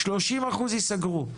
30% ייסגרו,